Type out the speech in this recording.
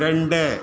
இரண்டு